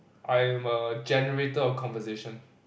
I am a generator of conversation